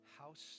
House